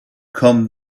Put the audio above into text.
come